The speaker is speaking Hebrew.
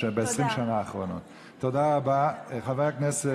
החיים ואת השם הטוב ומספרת על המעשים,